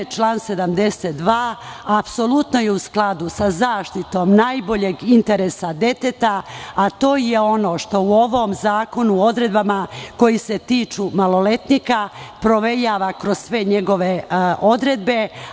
Član 72. je apsolutno u skladu sa zaštitom najboljeg interesa deteta, a to je ono što u ovom zakonu odredbama koje se tiču maloletnika, provejava kroz sve njegove odredbe.